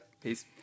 Peace